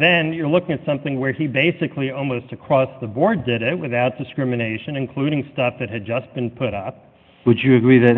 then you're looking at something where he basically almost across the board did it without discrimination including stuff that had just been put up would you agree that